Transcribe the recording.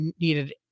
needed